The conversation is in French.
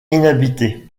inhabité